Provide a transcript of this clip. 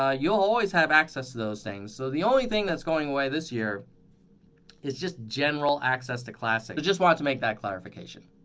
ah you'll always have access to those things. so the only thing that's going away this year is just general access to classic. i just wanted to make that clarification.